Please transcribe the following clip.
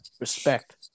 respect